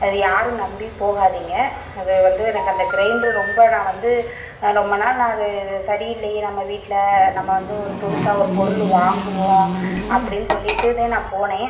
அது யாரும் நம்பி போகாதீங்க அது வந்து எனக்கு அந்த கிரைண்டர் ரொம்ப நான் வந்து ரொம்ப நாள் நான் அது இது சரியில்லையே நம்ம வீட்டில் நம்ம வந்து ஒரு புதுசாக ஒரு பொருள் வாங்குவோம் அப்படின்னு சொல்லிட்டுதான் நான் போனேன்